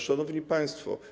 Szanowni Państwo!